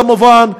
כמובן,